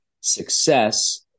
success